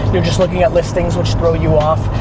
you're just looking at listings which throw you off.